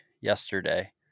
yesterday